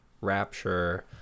rapture